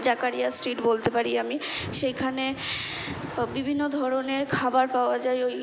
Zakaria street বলতে পারি আমি সেইখানে বিভিন্ন ধরনের খাবার পাওয়া যায় ওই